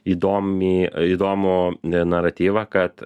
įdomiai įdomų naratyvą kad